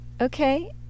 Okay